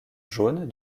jaune